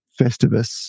Festivus